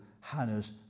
Hannah's